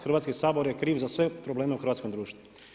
Hrvatski sabor je kriv za sve probleme u hrvatskom društvu.